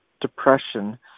depression